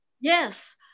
Yes